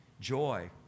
Joy